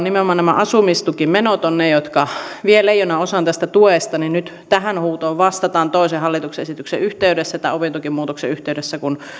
nimenomaan nämä asumistukimenot ovat ne jotka vievät leijonanosan tästä tuesta niin nyt tähän huutoon vastataan toisen hallituksen esityksen yhteydessä tämän opintotukimuutoksen yhteydessä kun